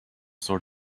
sort